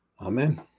Amen